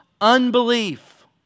unbelief